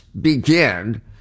begin